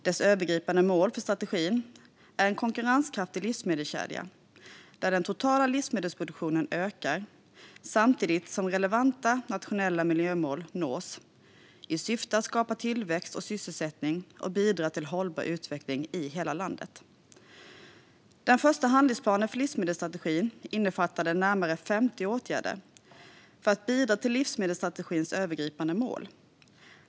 Det övergripande målet för strategin är en konkurrenskraftig livsmedelskedja där den totala livsmedelsproduktionen ökar samtidigt som relevanta nationella miljömål nås, i syfte att skapa tillväxt och sysselsättning och bidra till hållbar utveckling i hela landet. Den första handlingsplanen för livsmedelsstrategin innefattade närmare 50 åtgärder för att bidra till livsmedelsstrategins övergripande mål.